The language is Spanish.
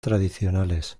tradicionales